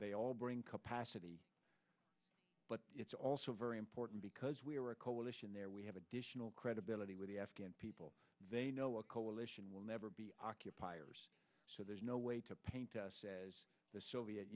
they all bring capacity but it's also very important because we are a coalition there we have additional credibility with the afghan people they know a coalition will never be occupiers so there's no way to paint us as the soviet